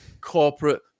corporate